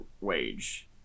wage